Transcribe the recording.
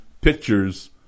pictures